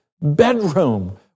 bedroom